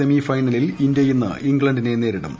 semi ഫൈനലിൽ India ഇന്ന് ഇംഗ്ലണ്ടിനെ നേരിടും